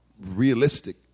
realistic